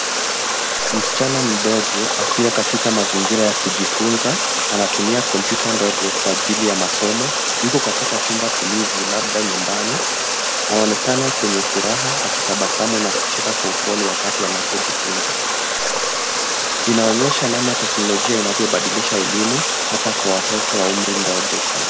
Msichana mdogo akiwa katika mazingira ya kujifunza, anatumia kompyuta ndogo kwa ajili ya masomo. Yuko katika chumba tulivu labda nyumbani. Anaonekana kwenye furaha akitabasamu na kucheka kwa upole wakati anapojifunza. Inaonyesha namna teknolojia inavyobadilisha elimu hata kwa watoto wa umri ndogo sana.